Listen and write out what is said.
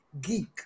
geek